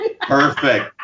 Perfect